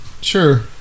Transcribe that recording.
Sure